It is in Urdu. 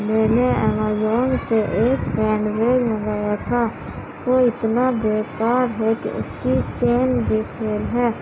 میں نے امیزون سے ایک ہینڈ بیگ منگایا تھا وہ اتنا بےکار ہے کہ اس کی چین بھی فیل ہے